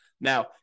Now